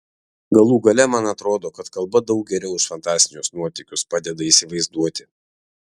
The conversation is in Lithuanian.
galų gale man atrodo kad kalba daug geriau už fantastinius nuotykius padeda įsivaizduoti